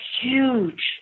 huge